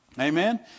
Amen